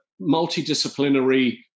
multidisciplinary